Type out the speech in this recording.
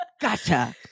Gotcha